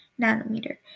nanometer